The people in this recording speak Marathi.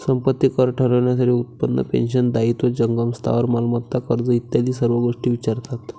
संपत्ती कर ठरवण्यासाठी उत्पन्न, पेन्शन, दायित्व, जंगम स्थावर मालमत्ता, कर्ज इत्यादी सर्व गोष्टी विचारतात